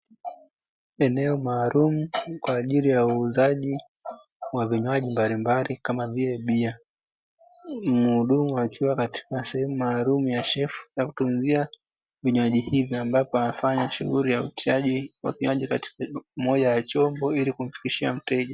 Eneo maalumu kwa ajili ya wauzaji wa vinywaji mbalimbali kama vile bia, muhudumu akiwa katika sehemu maalum ya shelfu ya kutunzia vinywaji hivi ambapo anafanya shughuli ya utiaji wa vinywaji katika moja ya chombo ili kumfikishia mteja.